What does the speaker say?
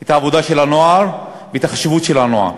את העבודה של הנוער ואת החשיבות של הנוער.